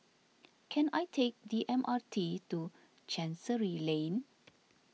can I take the M R T to Chancery Lane